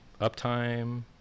uptime